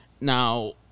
Now